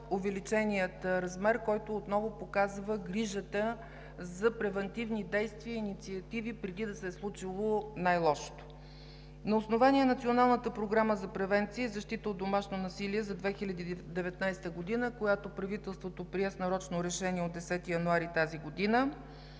увеличения размер, който отново показва грижата за превантивни действия и инициативи преди да се е случило най лошото. На основание Националната програма за превенция и защита от домашно насилие за 2019 г., която правителството прие с нарочно решение от 10 януари тази година,